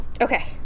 okay